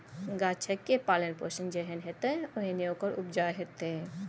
गाछक पालन पोषण जेहन हेतै ओहने ओकर उपजा हेतै